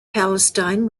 palestine